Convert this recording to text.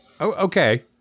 Okay